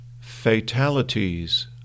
fatalities